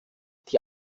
die